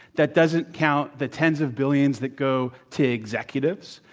that doesn't count the tens of billions that go to executives,